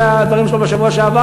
אחרי הדברים שלו בשבוע שעבר,